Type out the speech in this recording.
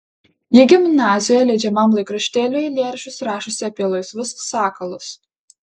ji gimnazijoje leidžiamam laikraštėliui eilėraščius rašiusi apie laisvus sakalus